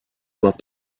doit